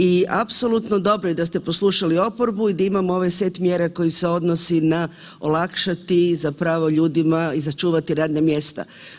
I apsolutno dobro je da ste poslušali oporbu i da imamo ovaj set mjera koji se odnosi na olakšati zapravo ljudima i sačuvati radna mjesta.